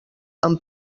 amb